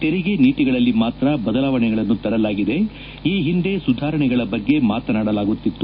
ತೆರಿಗೆ ನೀತಿಗಳಲ್ಲಿ ಮಾತ್ರ ಬದಲಾಣೆಗಳನ್ನು ತರಲಾಗಿದೆ ಈ ಹಿಂದೆ ಸುಧಾರಣೆಗಳ ಬಗ್ಗೆ ಮಾತನಾಡಲಾಗುತ್ತಿತ್ತು